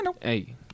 Hey